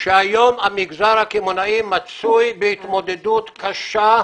שהיום המגזר הקמעונאי מצוי בהתמודדות קשה,